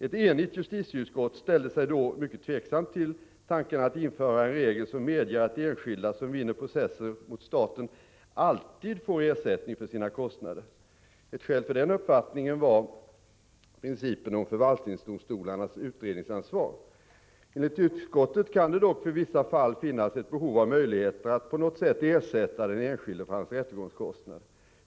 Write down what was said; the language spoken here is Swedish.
Ett enigt justitieutskott ställde sig då mycket tveksamt till tanken att införa en regel som medger att enskilda som vinner processer mot staten alltid får ersättning för sina kostnader. Ett skäl för denna uppfattning var principen om förvaltningsdomstolarnas utredningsansvar. Enligt utskottet kan det dock för vissa fall finnas ett behov av möjligheter att på något sätt ersätta den enskilde för hans rättegångskostnader.